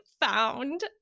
found